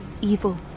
evil